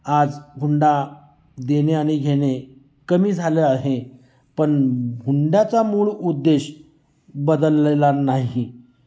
आज हुंडा देणे आणि घेणे कमी झालं आहे पण हुंड्याचा मूळ उद्देश बदललेला नाही